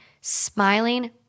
smiling